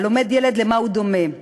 הלומד ילד למה הוא דומה?